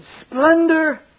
splendor